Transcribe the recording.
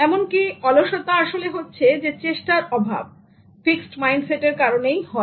এমনকি অলসতা আসলে হচ্ছে চেষ্টার অভাব ফিক্সড মাইন্ডসেটের কারণে হয়